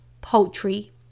poultry